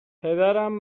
پدرم